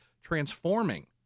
transforming